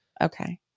okay